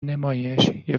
نمایش، یه